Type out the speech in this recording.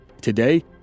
Today